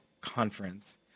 conference